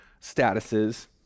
statuses